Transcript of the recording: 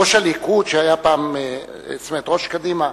ראש קדימה,